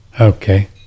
Okay